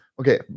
Okay